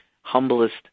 humblest